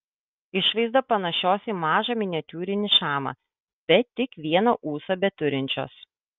išvaizda panašios į mažą miniatiūrinį šamą bet tik vieną ūsą beturinčios